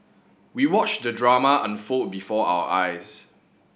we watched the drama unfold before our eyes